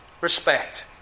respect